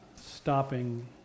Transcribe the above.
stopping